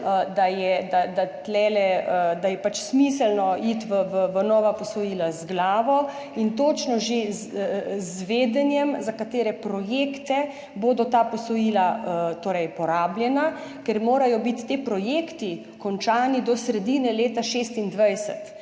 pač smiselno iti v nova posojila z glavo in s točnim vedenjem, za katere projekte bodo ta posojila porabljena, ker morajo biti ti projekti končani do sredine leta 2026.